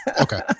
Okay